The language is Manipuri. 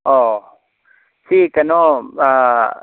ꯑꯥ ꯁꯤ ꯀꯩꯅꯣ